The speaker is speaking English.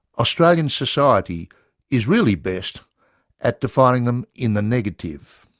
australian society is really best at defining them in the negative